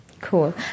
Cool